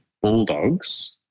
Bulldogs